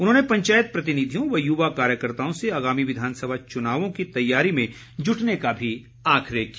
उन्होंने पंचायत प्रतिनिधियों व युवा कार्यकर्ताओं से आगामी विधानसभा चुनावों की तैयारी में जुटने का भी आग्रह किया